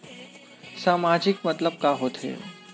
सामाजिक मतलब का होथे?